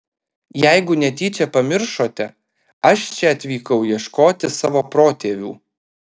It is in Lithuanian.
jeigu netyčia pamiršote aš čia atvykau ieškoti savo protėvių